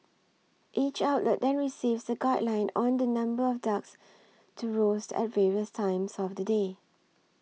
each outlet then receives a guideline on the number of ducks to roast at various times of the day